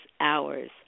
hours